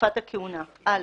תקופת הכהונה 19